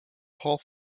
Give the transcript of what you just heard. paul